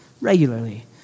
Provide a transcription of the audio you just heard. regularly